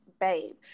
Babe